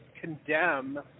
condemn